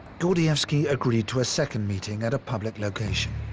gordievsky agreed to a second meeting at a public location.